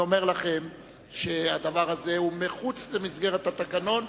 אני אומר לכם שהדבר הזה הוא מחוץ למסגרת התקנון.